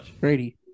Brady